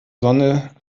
sonne